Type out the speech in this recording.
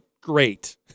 great